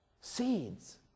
Seeds